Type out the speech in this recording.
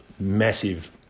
massive